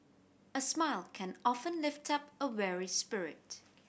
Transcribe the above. a smile can often lift up a weary spirit